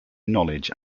knowledge